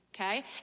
okay